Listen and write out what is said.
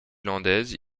landaise